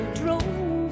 drove